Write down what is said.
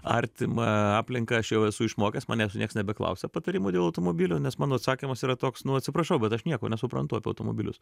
artimą aplinką aš jau esu išmokęs manęs nieks nebeklausia patarimų dėl automobilių nes mano atsakymas yra toks nu atsiprašau bet aš nieko nesuprantu apie automobilius